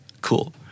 Cool